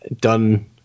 done